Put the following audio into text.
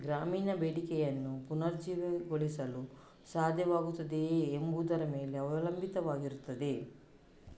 ಗ್ರಾಮೀಣ ಬೇಡಿಕೆಯನ್ನು ಪುನರುಜ್ಜೀವನಗೊಳಿಸಲು ಸಾಧ್ಯವಾಗುತ್ತದೆಯೇ ಎಂಬುದರ ಮೇಲೆ ಅವಲಂಬಿತವಾಗಿರುತ್ತದೆ